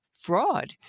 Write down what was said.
Fraud